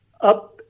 up